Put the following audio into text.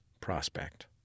prospect